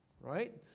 right